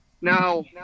Now